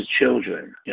children